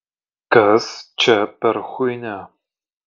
kas čia per chuinia